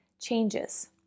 changes